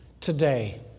today